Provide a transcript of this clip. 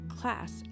class